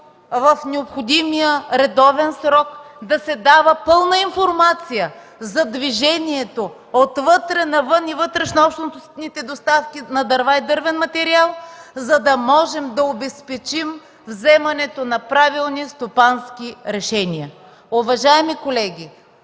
в необходимия редовен срок се дава пълна информация за движението отвътре навън и вътрешнообщностните доставки на дърва и дървен материал, за да можем да обезпечим вземането на правилни и стопански решения. Уважаеми колеги,